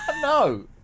No